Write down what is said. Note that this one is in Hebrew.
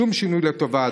שום שינוי לטובה.